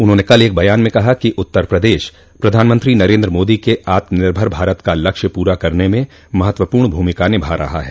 उन्होंने कल एक बयान में कहा कि उत्तर प्रदेश प्रधानमंत्री नरेन्द्र मोदी के आत्मनिर्भर भारत का लक्ष्य पूरा करने में महत्वपूर्ण भूमिका निभा रहा है